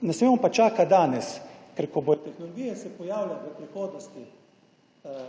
ne smemo pa čakati danes, ker ko bo tehnologija se pojavila v prihodnosti, bo